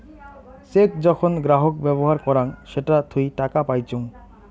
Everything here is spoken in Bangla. চেক যখন গ্রাহক ব্যবহার করাং সেটা থুই টাকা পাইচুঙ